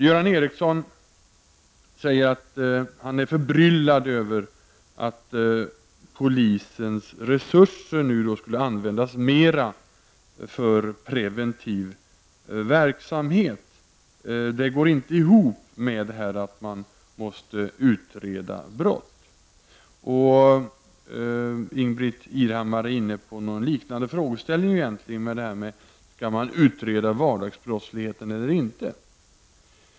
Göran Ericsson säger att han är förbryllad över att polisens resurser skulle användas mer för preventiv verksamhet. Det går inte ihop med att man måste utreda brott. Ingbritt Irhammar är inne på en liknande frågeställning med sin fråga huruvida man skall utreda vardagsbrottslighet eller inte.